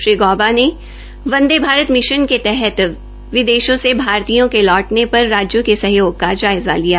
श्री गौबा ने वंदे भारत कार्यक्रम के तहत विदेशों से भारतीयों के लौटने पर राज्यों के सहयाग का जायज़ा लिया